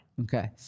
Okay